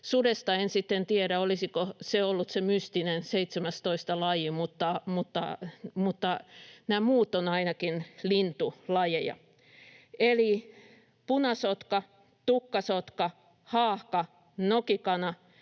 en sitten tiedä, olisiko se ollut se mystinen 17. laji, mutta nämä muut ovat ainakin lintulajeja: punasotka, tukkasotka, haahka, nokikana,